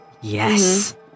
Yes